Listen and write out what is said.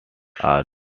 are